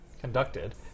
conducted